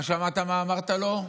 אתה שמעת מה אמרת לו?